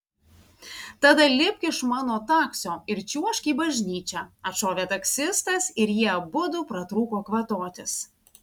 tada lipk iš mano taksio ir čiuožk į bažnyčią atšovė taksistas ir jie abudu pratrūko kvatotis